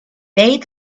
made